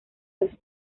los